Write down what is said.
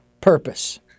Purpose